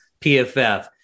PFF